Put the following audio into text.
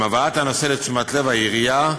עם הבאת הנושא לתשומת לב העירייה,